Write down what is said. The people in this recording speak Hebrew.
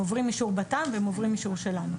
הם עוברים אישור --- והם עוברים אישור שלנו.